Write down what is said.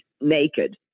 naked